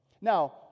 now